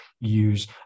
use